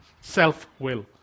Self-will